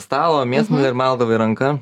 stalo mėsmalę ir maldavai ranka